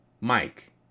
Mike